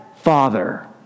Father